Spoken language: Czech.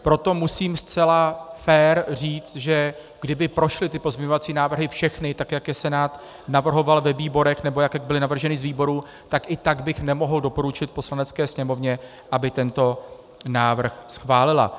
Proto musím zcela fér říct, že kdyby prošly ty pozměňovací návrhy všechny tak, jak je Senát navrhoval ve výborech, nebo jak byly navrženy z výborů, tak i tak bych nemohl doporučit Poslanecké sněmovně, aby tento návrh schválila.